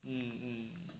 mm mm